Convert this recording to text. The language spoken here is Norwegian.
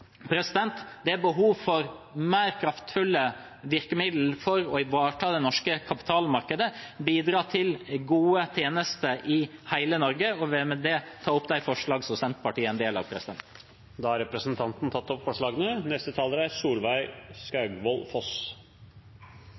Det er behov for mer kraftfulle virkemidler for å ivareta det norske kapitalmarkedet og bidra til gode tjenester i hele Norge. Jeg vil med det ta opp forslagene nr. 9–14 og 17–22. Representanten Sigbjørn Gjelsvik har tatt opp de forslagene